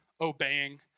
obeying